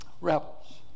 rebels